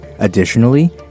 Additionally